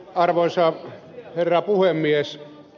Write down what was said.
arvoisa herra puhemies